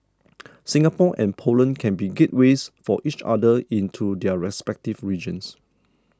Singapore and Poland can be gateways for each other into their respective regions